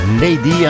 Lady